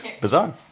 bizarre